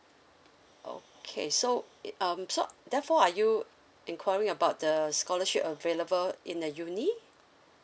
okay so i~ um so therefore are you enquiring about the scholarship available in the uni